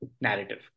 narrative